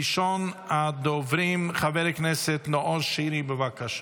ראשון הדוברים, חבר הכנסת נאור שירי, בבקשה.